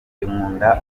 nkunda